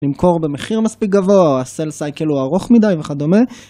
למכור במחיר מספיק גבוה, ה-sell cycle הוא ארוך מדי וכדומה